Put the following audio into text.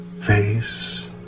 face